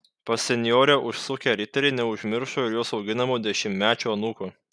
pas senjorę užsukę riteriai neužmiršo ir jos auginamo dešimtmečio anūko